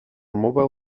mobile